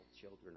children